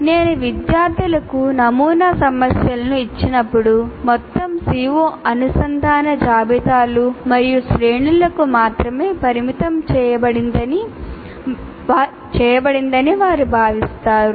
నేను విద్యార్థులకు నమూనా సమస్యలను ఇచ్చినప్పుడు మొత్తం CO అనుసంధాన జాబితాలు మరియు శ్రేణులకు మాత్రమే పరిమితం చేయబడిందని వారు భావిస్తారు